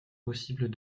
possible